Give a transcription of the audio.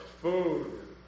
food